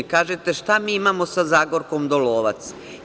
Kažete – šta mi imao sa Zagorkom Dolovac?